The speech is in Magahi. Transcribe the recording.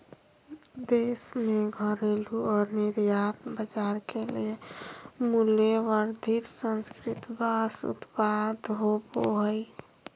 देश में घरेलू और निर्यात बाजार के लिए मूल्यवर्धित प्रसंस्कृत बांस उत्पाद होबो हइ